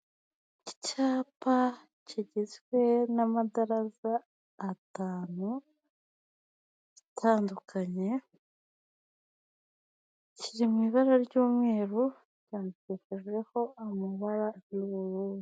Icyapa kigizwe n'amadaza atanu atandukanye, kiri mu ibara ry'umweru byandikishijweho amabara y'ubururu.